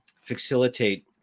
facilitate